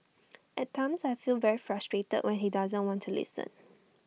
at times I feel very frustrated when he doesn't want to listen